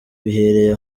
bihereye